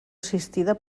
assistida